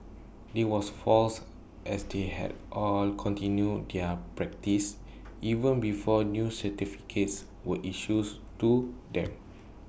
this was false as they had all continued their practice even before new certificates were issues to them